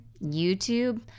YouTube